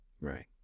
Right